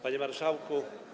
Panie Marszałku!